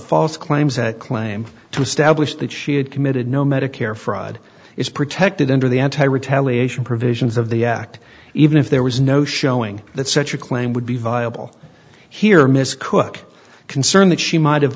false claims a claim to establish that she had committed no medicare fraud is protected under the anti retaliation provisions of the act even if there was no showing that such a claim would be viable here miss cook concern that she might have